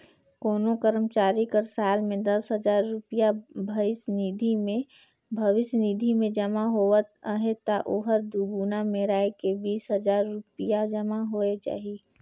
कोनो करमचारी कर साल में दस हजार रूपिया भविस निधि में जमा होवत अहे ता ओहर दुगुना मेराए के बीस हजार रूपिया जमा होए जाही